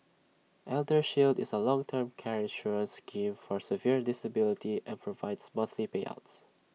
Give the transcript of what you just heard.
eldershield is A long term care insurance scheme for severe disability and provides monthly payouts